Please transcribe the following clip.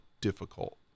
difficult